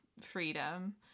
freedom